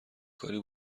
کاری